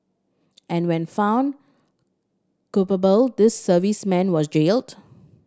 and when found culpable these servicemen was jailed